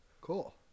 Cool